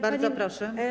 Bardzo proszę.